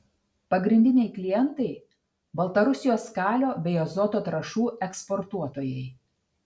pagrindiniai klientai baltarusijos kalio bei azoto trąšų eksportuotojai